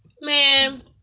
Man